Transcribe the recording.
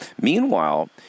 meanwhile